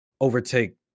overtake